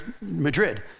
Madrid